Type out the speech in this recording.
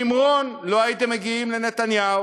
ובלי שמרון לא הייתם מגיעים לנתניהו.